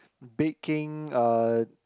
baking uh